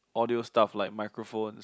audio stuffs like microphones